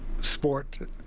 sport